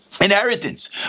inheritance